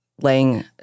laying